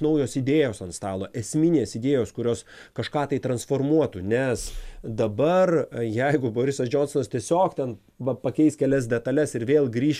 naujos idėjos ant stalo esminės idėjos kurios kažką tai transformuotų nes dabar jeigu borisas džonsas tiesiog ten va pakeis kelias detales ir vėl grįš